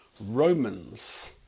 Romans